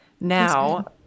now